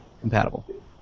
compatible